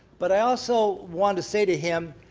but i also wanted to say to him,